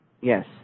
Yes